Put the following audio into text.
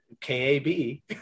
K-A-B